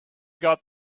got